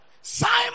Simon